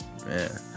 Man